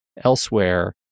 elsewhere